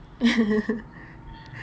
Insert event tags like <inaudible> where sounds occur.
<laughs>